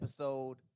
Episode